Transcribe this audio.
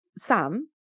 Sam